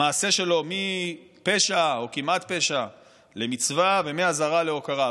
המעשה שלו מפשע או כמעט פשע למצווה ומאזהרה להוקרה.